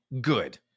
good